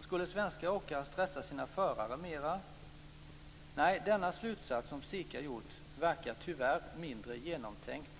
Skulle svenska åkare stressa sina förare mera? Nej, den slutsats som SIKA har dragit verkar tyvärr mindre genomtänkt.